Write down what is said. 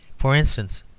for instance,